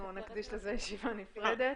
אנחנו נקדיש לזה ישיבה נפרדת.